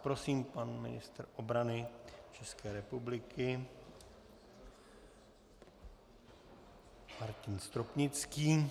Prosím, pan ministr obrany České republiky Martin Stropnický.